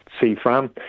CFRAM